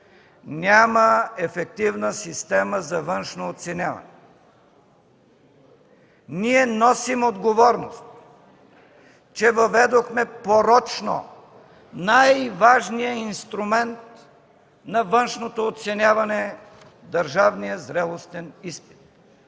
няма ефективна система за външно оценяване. Ние носим отговорност, че въведохме порочно най-важния инструмент на външното оценяване – държавният зрелостен изпит.